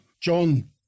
John